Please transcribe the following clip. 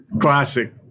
Classic